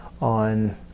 on